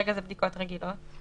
כרגע זה בדיקות רגילות.